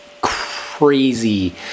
crazy